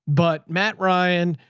but matt, ryan.